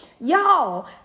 y'all